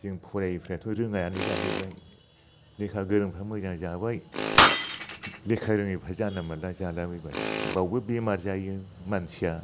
जों फरायैफ्राथ' रोङायानो जाहैबाय लेखा गोरोंफ्रा मोजां जाबाय लेखा रोङैफ्रा जानला मोनला जाला बायबाय बेयावबो बेमार जायो मानसिया